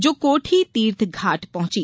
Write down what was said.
जो कोठी तीर्थघाट पहॅची